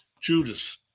Judas